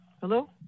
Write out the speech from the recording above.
Hello